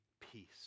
peace